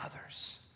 others